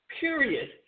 period